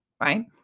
Right